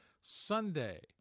Sunday